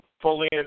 fully